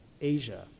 Asia